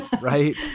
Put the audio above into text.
Right